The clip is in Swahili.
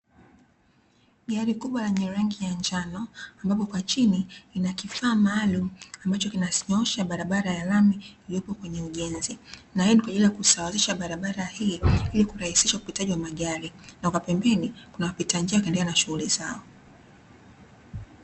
Gari kubwa lenye rangi ya njano ambapo kwa chini lina kifaa maalumu ambacho kinanyoosha barabara ya lami iliyopo kwenye ujenzi. Na hii ni kwa ajili ya kusawazisha barabara hii ili kurahisisha upitaji wa magari, na kwa pembeni kuna wapita njia wakiendelea na shughuli zao.